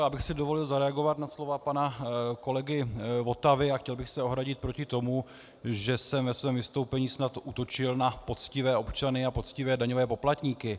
Já bych si dovolil zareagovat na slova pana kolegy Votavy a chtěl bych se ohradit proti tomu, že jsem ve svém vystoupení snad útočil na poctivé občany a poctivé daňové poplatníky.